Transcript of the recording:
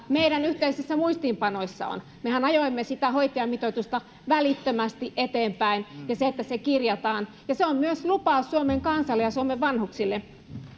meidän yhteisissä muistiinpanoissamme on mehän ajoimme sitä hoitajamitoitusta välittömästi eteenpäin ja sitä että se kirjataan se on myös lupaus suomen kansalle ja suomen vanhuksille